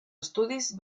estudis